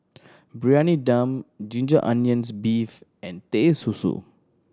Briyani Dum ginger onions beef and Teh Susu